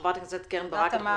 חברת הכנסת קרן ברק.